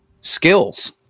skills